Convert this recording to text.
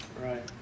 Right